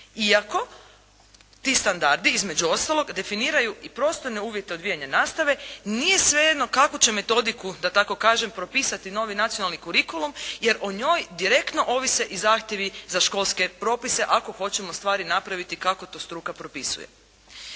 Iako, ti standardi između ostalog definiraju i prostorne uvjete odvijanja nastave. Nije svejedno kakvu će metodiku da tako kažem propisati novi nacionalni kurikulum, jer o njoj direktno ovise i zahtjevi za školske propise ako hoćemo stvari napraviti kako to struka propisuje.